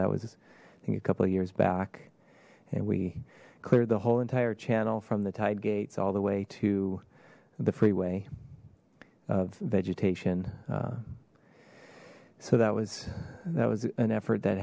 think a couple of years back and we cleared the whole entire channel from the tide gates all the way to the freeway of vegetation so that was that was an effort that